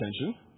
attention